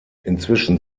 inzwischen